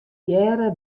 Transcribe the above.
hearre